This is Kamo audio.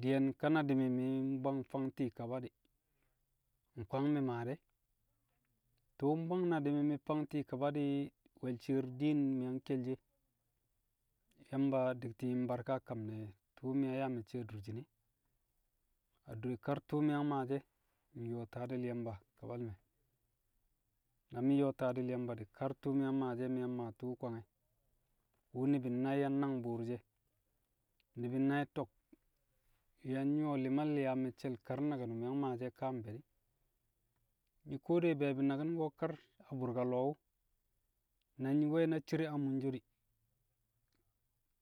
Di̱ye̱n ka na mi̱ mi̱ mbwang fang ti̱i̱ kaba di̱, nkwang mi̱ mmaa de̱. Tṵṵ mbwang na di̱ mi̱ mi̱ fang ti̱i̱ kaba di̱, we̱l shi̱i̱r diin mi̱ yang kelshi e. Yamba di̱kti̱ yi̱m barka a kam nẹ tu̱u̱ mi̱ yang yaa me̱cce̱ adurshin e. Adure kar tṵṵ mi̱ yang maashi̱ e̱, mi̱ nyo̱o̱ tadi̱l Yamba a kabal me̱. Na mi̱ nyo̱o̱ tadi̱l Yamba di̱ kar tṵṵ mi̱ yang maashi̱ e̱ mi̱ yang maa tṵṵ kwangẹ, wu̱ ni̱bi̱ nai̱ yang nangbu̱u̱r she̱. Ni̱bi̱ nai̱ to̱k yang nyu̱wo̱ li̱mal yaa mẹcce̱l kar naki̱n mi̱ yang maashi̱ e̱ ka a mfe̱ di̱. Nyi̱ kuwo de be̱e̱bi̱ naki̱n ko̱ kar a bu̱rka- lo̱o̱ wu̱, na nyi̱ wẹ na cire a munso di̱,